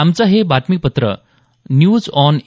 आमचं हे बातमीपत्र न्यूज ऑन ए